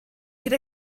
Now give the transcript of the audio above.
can